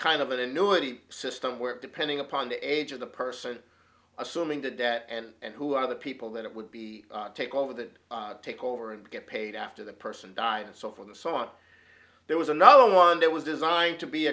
kind of an annuity system work depending upon the age of the person assuming the debt and who are the people that it would be take over that take over and get paid after the person died and so for the song there was another one that was designed to be